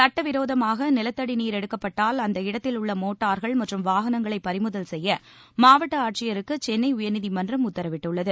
சுட்டவிரோதமாக நிலத்தடி நீர் எடுக்கப்பட்டால் அந்த இடத்தில் உள்ள மோட்டார்கள் மற்றும் வாகனங்களை பறிமுதல் செய்ய மாவட்ட ஆட்சியருக்கு சென்னை உயர்நீதிமன்றம் உத்தரவிட்டுள்ளது